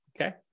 okay